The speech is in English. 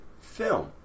film